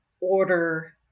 order